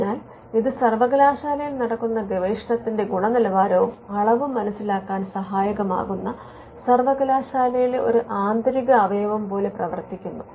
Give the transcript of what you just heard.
അതിനാൽ ഇത് സർവ്വകലാശാലയിൽ നടക്കുന്ന ഗവേഷണത്തിന്റെ ഗുണനിലവാരവും അളവും മനസിലാക്കാൻ സഹായകമാകുന്ന സർവ്വകലാശാലയിലെ ഒരു ആന്തരിക അവയവം പോലെ പ്രവർത്തിക്കുന്നു